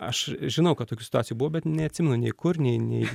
aš žinau kad tokių situacijų buvo bet neatsimenu nei kur nei nei